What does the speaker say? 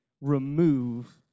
remove